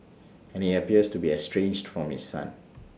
and he appears to be estranged from his son